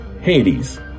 Hades